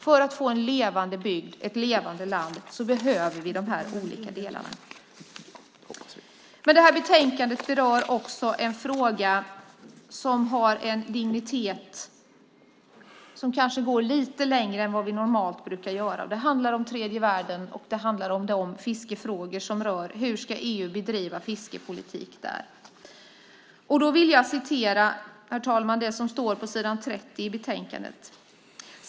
För att få en levande bygd, ett levande land, behöver vi de här olika delarna. Men det här betänkandet berör också en fråga som har en dignitet som kanske går lite längre än normalt. Det handlar om tredje världen, och det handlar om hur EU ska bedriva fiskepolitik där. Då vill jag, herr talman, nämna vad som står på s. 30 i betänkandet.